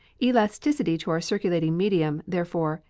elasticity to our circulating medium, therefore,